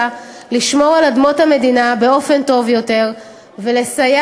לשמור על אדמות המדינה באופן טוב יותר ולסייע